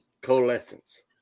coalescence